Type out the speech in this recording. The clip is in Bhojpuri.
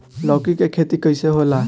लौकी के खेती कइसे होला?